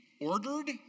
ordered